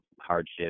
hardships